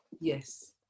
Yes